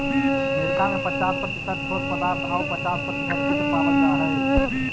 मृदा में पच्चास प्रतिशत ठोस पदार्थ आउ पच्चास प्रतिशत छिद्र पावल जा हइ